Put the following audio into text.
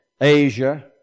Asia